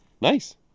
nice